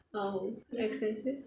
orh expensive